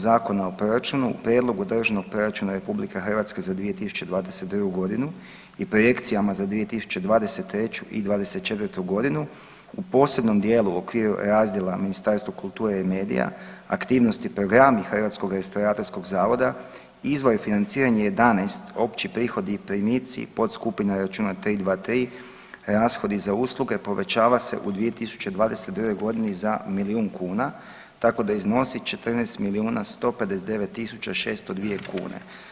Zakona o proračunu u prijedlogu Državnog proračuna RH za 2022.g. i projekcijama za 2023. i '24.g. u posebnom dijelu u okviru razdjela Ministarstvo kulture i medija aktivnosti i programi Hrvatskog restauratorskog zavoda izveo je financiranje 11 opći prihodi i primici, podskupina računa 323, rashodi za usluge povećava se u 2022.g. za milijun kuna, tako da iznosi 14 milijuna 159 tisuća 602 kune.